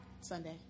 Sunday